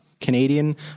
Canadian